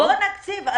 בוא נקציב,